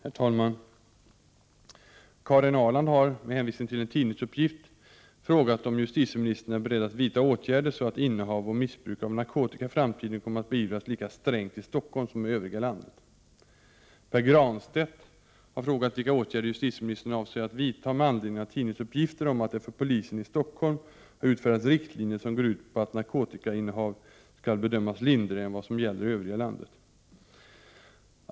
Herr talman! Karin Ahrland har, med hänvisning till en tidningsuppgift, frågat om justitieministern är beredd att vidta åtgärder så att innehav och missbruk av narkotika i framtiden kommer att beivras lika strängt i Stockholm som i övriga landet. Pär Granstedt har frågat vilka åtgärder justitieministern avser att vidta med anledning av tidningsuppgifter om att det för polisen i Stockholm har utfärdats riktlinjer som går ut på att narkotikainnehav skall bedömas lindrigare än vad som gäller i övriga landet.